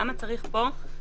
למה צריך פה הגדרה שונה?